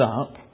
up